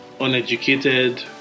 uneducated